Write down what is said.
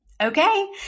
Okay